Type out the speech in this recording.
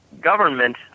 government